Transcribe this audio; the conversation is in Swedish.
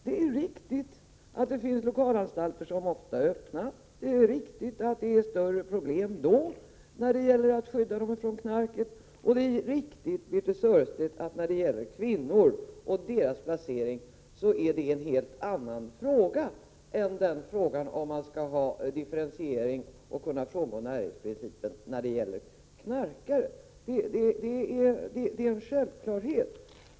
Det är riktigt, Birthe Sörestedt, att det finns lokalanstalter som är öppna, det är riktigt att det då är större problem att skydda dem från knarket, och det är riktigt att frågan om placeringen av kvinnor är en helt annan fråga än frågan, om man skall ha differentiering och kunna frångå närhetsprincipen när det gäller knarkare. Detta är självklarheter.